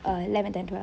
err eleventh and twelveth